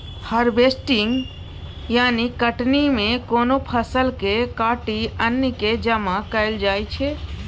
harvesting यानी कटनी मे कोनो फसल केँ काटि अन्न केँ जमा कएल जाइ छै